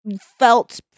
felt